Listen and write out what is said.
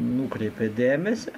nukreipė dėmesį